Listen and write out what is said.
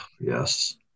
Yes